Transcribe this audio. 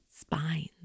spines